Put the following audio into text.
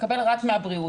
יקבל רק מהבריאות.